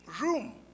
room